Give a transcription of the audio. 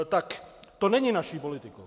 Tak to není naší politikou.